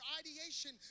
ideation